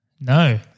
No